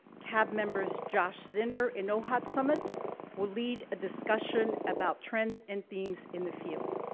cab members josh zinner and ohad samet will lead a discussion about trends and themes in the field.